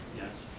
yes?